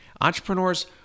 entrepreneurs